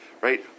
right